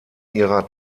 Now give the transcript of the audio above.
ihrer